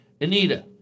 Anita